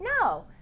No